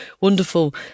wonderful